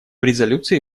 резолюции